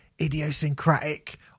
idiosyncratic